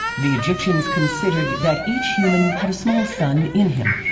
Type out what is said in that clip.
the egyptians considered that each human had a small sun in him.